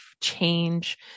change